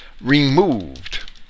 removed